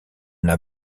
n’a